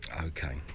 okay